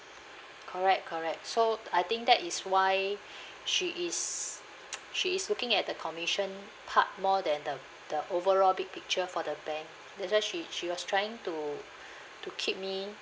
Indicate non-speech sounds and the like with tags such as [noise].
correct correct so I think that is why she is [noise] she is looking at the commission part more than the the overall big picture for the bank that's why she she was trying to to keep me